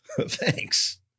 Thanks